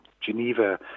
Geneva